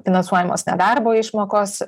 finansuojamos nedarbo išmokos